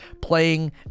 playing